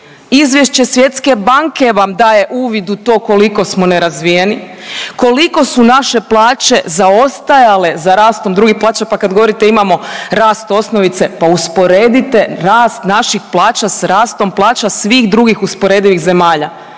Izvješće Svjetske banke vam daje uvid u to koliko smo nerazvijeni, koliko su naše plaće zaostajale za rastom drugih plaća. Pa kad govorite imamo rast osnovice, pa usporedite rast naših plaća sa rastom plaća svih drugih usporedivih zemalja.